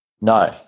No